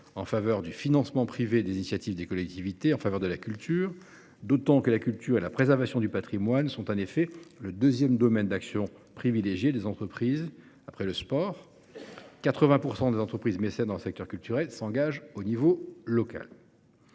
en faveur du financement privé des initiatives des collectivités en matière culturelle, d'autant plus que la culture et la préservation du patrimoine sont le deuxième domaine d'action privilégié des entreprises, après le sport, et que 80 % des entreprises mécènes engagées dans le secteur culturel le sont au niveau local.